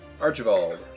Archibald